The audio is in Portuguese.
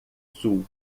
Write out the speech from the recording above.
sul